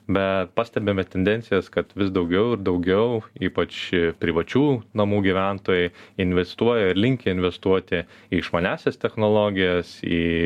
bet pastebime tendencijas kad vis daugiau ir daugiau ypač privačių namų gyventojai investuoja ir linkę investuoti į išmaniąsias technologijas į